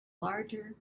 larger